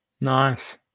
Nice